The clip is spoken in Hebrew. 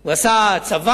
הוא עשה צבא,